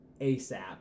ASAP